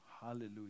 Hallelujah